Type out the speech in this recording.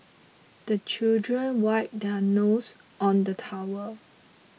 the children wipe their noses on the towel